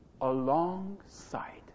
Alongside